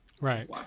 right